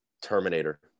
Terminator